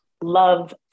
love